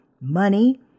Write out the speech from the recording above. money